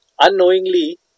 unknowingly